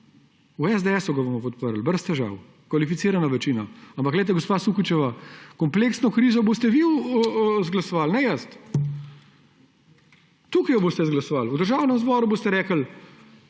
V SDS ga bomo podprli. Brez težav, kvalificirana večina. Ampak poglejte, gospa Sukič, kompleksno krizo boste vi izglasovali, ne jaz. Tukaj jo boste izglasovali, v Državnem zboru boste rekli.